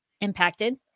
impacted